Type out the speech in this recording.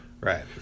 Right